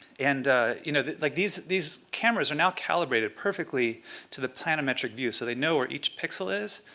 and you know like these these cameras are now calibrated perfectly to the planometric view, so they know where each pixel is.